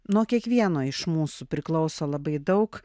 nuo kiekvieno iš mūsų priklauso labai daug